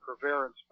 perseverance